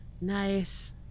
Nice